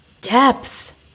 depth